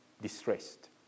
distressed